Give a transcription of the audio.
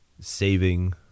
saving